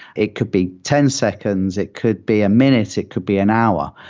it could be ten seconds. it could be a minute. it could be an hour.